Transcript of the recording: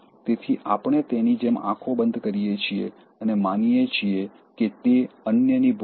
તેથી આપણે તેની જેમ આંખો બંધ કરીએ છીએ અને માનીએ છીએ કે અન્યની ભૂલ છે